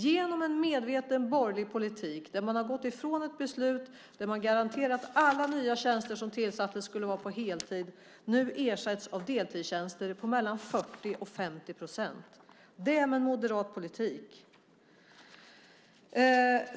Genom en medveten borgerlig politik har man gått ifrån ett beslut som garanterade att alla nya tjänster som tillsattes skulle vara på heltid. Dessa ersätts nu av deltidstjänster på mellan 40 och 50 procent. Det är moderat politik.